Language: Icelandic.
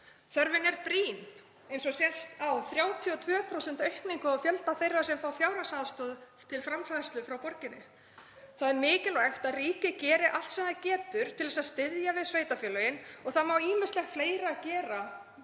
Þörfin er brýn, eins og sést á 32% aukningu á fjölda þeirra sem fá fjárhagsaðstoð til framfærslu frá borginni. Það er mikilvægt að ríkið geri allt sem það getur til að styðja við sveitarfélögin og það má ýmislegt fleira gera til